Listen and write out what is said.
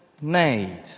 made